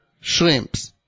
Shrimps